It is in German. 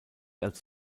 als